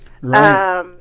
Right